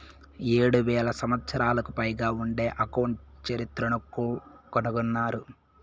ఏడు వేల సంవత్సరాలకు పైగా ఉండే అకౌంట్ చరిత్రను కనుగొన్నారు